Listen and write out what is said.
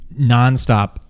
nonstop